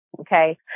Okay